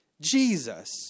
Jesus